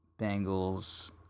Bengals